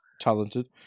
talented